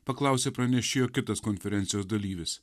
paklausė pranešėjo kitas konferencijos dalyvis